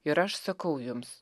ir aš sakau jums